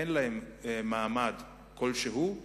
אין להם מעמד כלשהו,